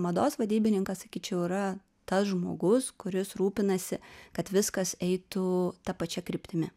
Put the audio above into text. mados vadybininkas sakyčiau yra tas žmogus kuris rūpinasi kad viskas eitų ta pačia kryptimi